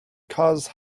cause